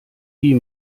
die